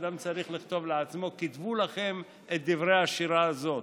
שאדם צריך לכתוב לעצמו: "כתבו לכם את השירה הזאת".